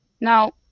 Now